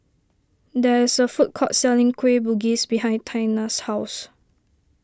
there is a food court selling Kueh Bugis behind Tiana's house